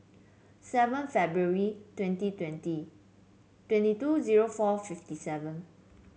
seven February twenty twenty twenty two zero four fifty seven